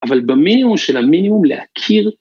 אבל במינימום של המינימום להכיר.